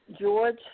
George